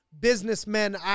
businessmen